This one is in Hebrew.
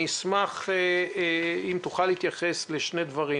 אני אשמח אם תוכל להתייחס לשני דברים.